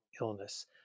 illness